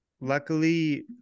Luckily